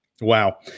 Wow